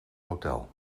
hotel